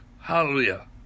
Hallelujah